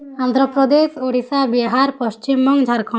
Andhra Pradesh Odisha Bihar Paschimbanga Jharkhand